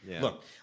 Look